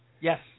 yes